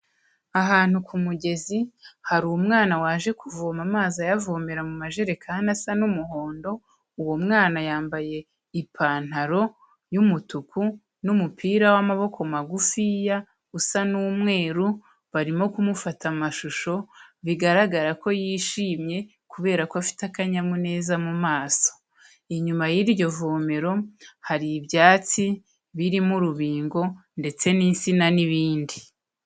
Ahantu ku mugezi hari umwana waje kuvoma amazi ayavomera mu majerekani asa n'umuhondo, uwo mwana yambaye ipantaro y'umutuku n'umupira w'amaboko magufiya usa n'umweru, barimo kumufata amashusho bigaragara ko yishimye kubera ko afite akanyamuneza mu maso. Inyuma y'iryo vomero hari ibyatsi birimo urubingo ndetse n'insina n'ibindi.